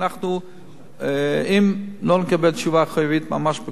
ואם לא נקבל תשובה חיובית ממש בקרוב,